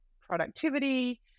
productivity